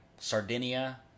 Sardinia